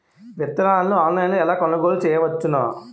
విత్తనాలను ఆన్లైన్లో ఎలా కొనుగోలు చేయవచ్చున?